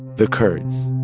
the kurds